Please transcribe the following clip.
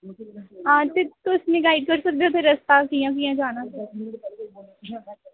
आं ते तुस मी गाइड करी सकदे ओ उत्थै रस्ता कि'यां कि'यां जाना